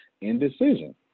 indecision